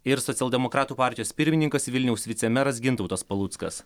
ir socialdemokratų partijos pirmininkas vilniaus vicemeras gintautas paluckas